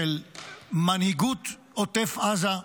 של מנהיגות עוטף עזה,